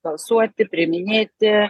balsuoti priiminėti